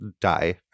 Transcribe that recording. die